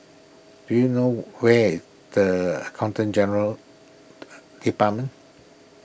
do you know where the Accountant General's Department